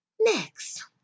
Next